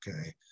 okay